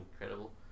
incredible